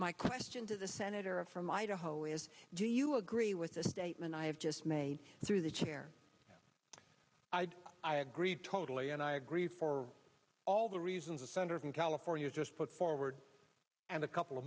my question to the senator from idaho is do you agree with the statement i have just made through the chair i agree totally and i agree for all the reasons a standard in california just put forward and a couple of